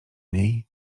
niej